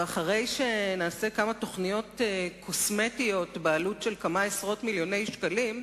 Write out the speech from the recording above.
ואחרי שנעשה כמה תוכניות קוסמטיות בעלות של כמה עשרות מיליוני שקלים,